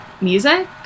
music